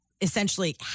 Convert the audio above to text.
essentially